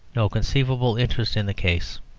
no conceivable interest in the case.